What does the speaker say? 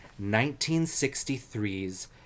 1963's